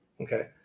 okay